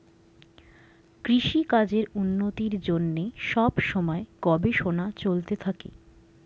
কৃষিকাজের উন্নতির জন্যে সব সময়ে গবেষণা চলতে থাকে